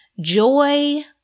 joy